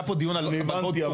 היה פה דיון על --- אני הבנתי.